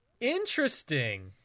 Interesting